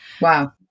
Wow